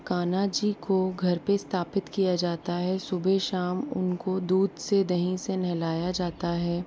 कान्हा जी को घर पर स्थापित किया जाता है सुबह शाम उनको दूध से दही से नहलाया जाता है